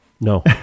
No